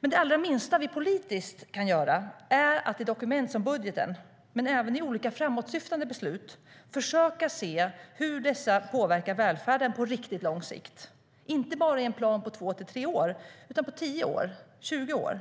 Det allra minsta vi politiskt kan göra är att i dokument som budgeten men även i olika framåtsyftande beslut försöka se hur dessa påverkar välfärden på riktigt lång sikt - inte bara i en plan på två till tre år utan på tio eller tjugo år.